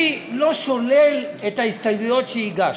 אני לא שולל את ההסתייגויות שהגשת,